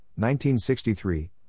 1963